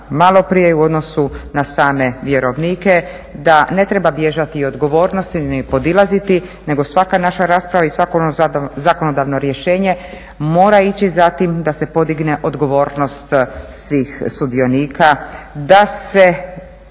maloprije u odnosu na same vjerovnike da ne treba bježati od odgovornosti ni podilaziti, nego svaka naša rasprava i svako ono zakonodavno rješenje mora ići za tim da se podigne odgovornost svih sudionika, da se